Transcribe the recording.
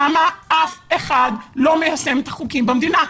למה אף אחד לא מיישם את החוקים במדינה?